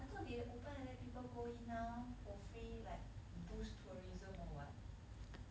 I thought they open and let people go in now for free like boost tourism or what